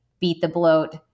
beat-the-bloat